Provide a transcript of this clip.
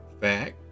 Fact